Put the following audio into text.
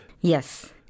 Yes